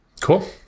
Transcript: Cool